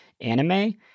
anime